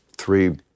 Three